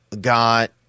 got